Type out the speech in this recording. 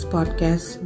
Podcast